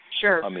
Sure